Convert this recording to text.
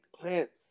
plants